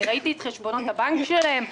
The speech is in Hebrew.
ראיתי את חשבונות הבנק שלהם.